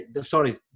sorry